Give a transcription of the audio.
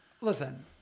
listen